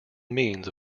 means